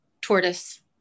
tortoise